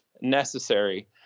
necessary